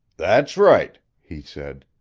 that's right, he said.